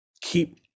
keep